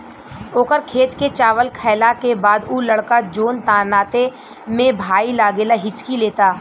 ओकर खेत के चावल खैला के बाद उ लड़का जोन नाते में भाई लागेला हिच्की लेता